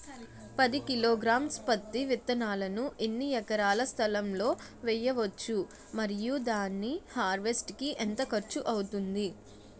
పది కిలోగ్రామ్స్ పత్తి విత్తనాలను ఎన్ని ఎకరాల స్థలం లొ వేయవచ్చు? మరియు దాని హార్వెస్ట్ కి ఎంత ఖర్చు అవుతుంది?